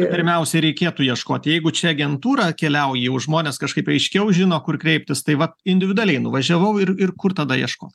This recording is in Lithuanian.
pirmiausia reikėtų ieškoti jeigu čia agentūra keliauji jau žmonės kažkaip aiškiau žino kur kreiptis tai vat individualiai nuvažiavau ir ir kur tada ieškot